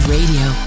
Radio